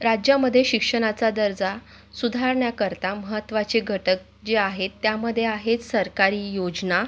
राज्यामध्ये शिक्षणाचा दर्जा सुधारण्याकरता महत्त्वाचे घटक जे आहेत त्यामध्ये आहेत सरकारी योजना